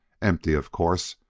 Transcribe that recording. empty, of course,